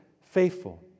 faithful